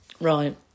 Right